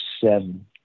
seven